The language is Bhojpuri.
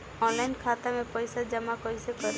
ऑनलाइन खाता मे पईसा जमा कइसे करेम?